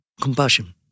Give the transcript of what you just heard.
compassion